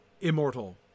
immortal